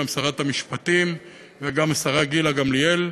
גם שרת המשפטים וגם השרה גילה גמליאל,